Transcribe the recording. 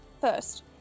first